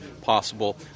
possible